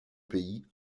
pays